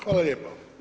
Hvala lijepa.